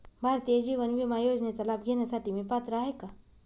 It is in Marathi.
भारतीय जीवन विमा योजनेचा लाभ घेण्यासाठी मी पात्र आहे का?